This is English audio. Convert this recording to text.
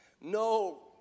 no